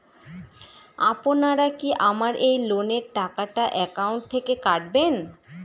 আপনারা কি আমার এই লোনের টাকাটা একাউন্ট থেকে কাটবেন?